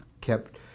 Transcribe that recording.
kept